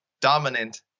Dominant